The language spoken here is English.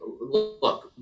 look